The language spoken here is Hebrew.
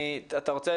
אתה רוצה